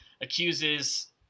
accuses